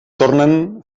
tornen